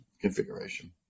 configuration